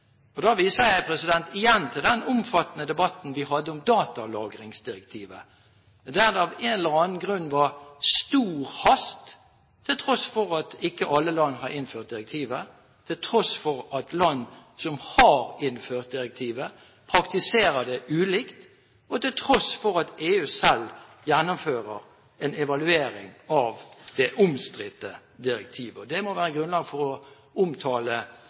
Da viser jeg igjen til den omfattende debatten vi hadde om datalagringsdirektivet, der det av en eller annen grunn var stor hast, til tross for at ikke alle land har innført direktivet, til tross for at land som har innført direktivet, praktiserer det ulikt, og til tross for at EU selv gjennomfører en evaluering av det omstridte direktivet. Det må være grunnlag for å omtale